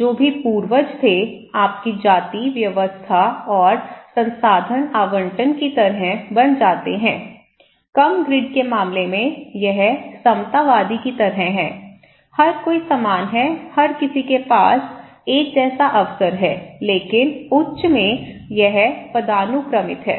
जो भी पूर्वज थे आपकी जाति व्यवस्था और संसाधन आवंटन की तरह बन जाते हैं कम ग्रिड के मामले में यह समतावादी की तरह है हर कोई समान है हर किसी के पास एक जैसा अवसर है लेकिन उच्च में यह पदानुक्रमित है